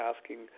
asking